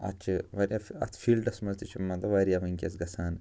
اَتھ چھِ واریاہ اَتھ چھِ فیٖلڈَس منٛز تہِ چھِ مطلب واریاہ وُنکٮ۪س گژھان